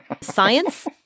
science